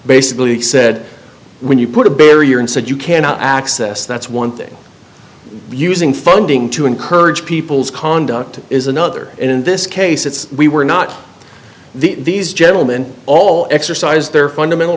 basically said when you put a barrier and said you cannot access that's one thing using funding to encourage people's conduct is another and in this case it's we were not these gentlemen all exercise their fundamental